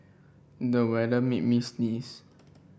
the weather made me sneeze